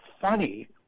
funny